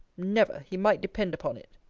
never, he might depend upon it.